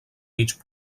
mig